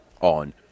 on